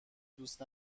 دوست